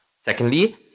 Secondly